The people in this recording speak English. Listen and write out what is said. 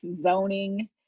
zoning